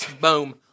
Boom